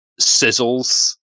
sizzles